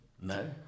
no